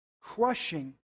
crushing